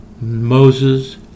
Moses